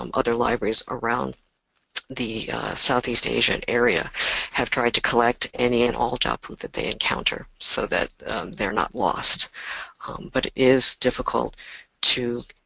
um other libraries around the southeast asian area have tried to collect any and all jaipu that they encounter so that they're not lost but it is difficult to